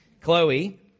Chloe